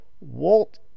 Walt